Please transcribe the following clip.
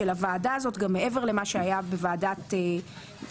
הוועדה הזאת גם מעבר למה שהיה בוועדת הפנים?